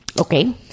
okay